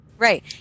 Right